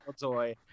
toy